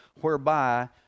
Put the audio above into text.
whereby